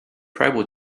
tribal